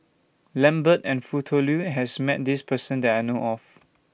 Lambert and Foo Tui Liew has Met This Person that I know of